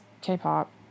K-pop